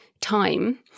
time